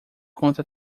contra